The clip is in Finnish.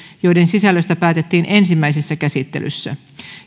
joiden sisällöstä päätettiin ensimmäisessä käsittelyssä